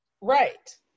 Right